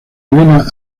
elena